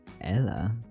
Ella